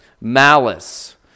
malice